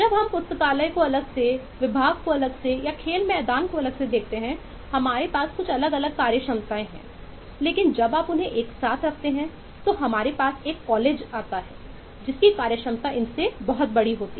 जब हम पुस्तकालय को अलग से विभाग को अलग से या खेल के मैदान को अलग से देखते हैं हमारे पास कुछ अलग अलग कार्यात्मकताएं हैं लेकिन जब आप उन्हें एक साथ रखते हैं तो हमारे पास एक कॉलेज जिसकी कार्यक्षमता इनसे बड़ी है